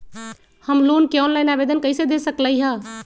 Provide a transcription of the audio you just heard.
हम लोन के ऑनलाइन आवेदन कईसे दे सकलई ह?